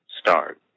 start